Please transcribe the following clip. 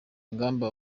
ingamba